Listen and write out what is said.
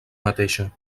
mateixa